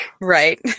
Right